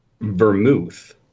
Vermouth